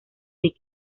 big